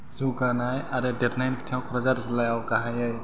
जौगानाय आरो देरनाय बिथिंआव कक्राझार जिल्लायाव गाहायै